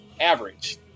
Average